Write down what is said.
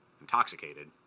intoxicated